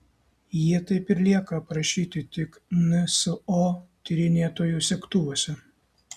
jie taip ir lieka aprašyti tik nso tyrinėtojų segtuvuose